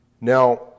Now